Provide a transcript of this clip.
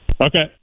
Okay